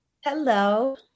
Hello